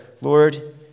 Lord